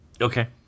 Okay